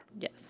Yes